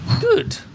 Good